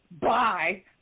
Bye